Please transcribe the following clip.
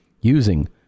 using